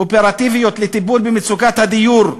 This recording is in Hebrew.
אופרטיביות לטיפול במצוקת הדיור.